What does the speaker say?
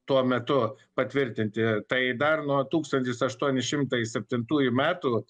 tuo metu patvirtinti tai dar nuo tūkstantis aštuoni šimtai septintųjų metų